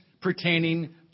pertaining